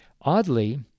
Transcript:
Oddly